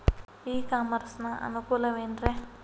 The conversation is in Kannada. ಇ ಕಾಮರ್ಸ್ ನ ಅನುಕೂಲವೇನ್ರೇ?